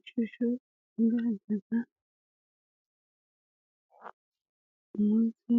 Ishusho igaragaza umunsi